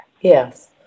Yes